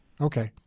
Okay